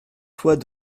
fois